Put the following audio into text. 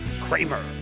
Kramer